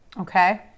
Okay